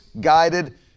guided